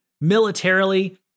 militarily